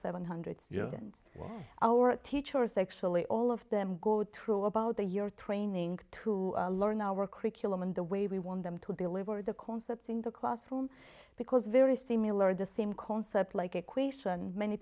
seven hundred students our teachers actually all of them go true about the year training to learn our curriculum and the way we want them to deliver the concepts in the classroom because very similar the same concepts like equation many